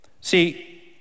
See